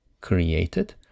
created